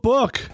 Book